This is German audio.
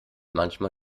manchmal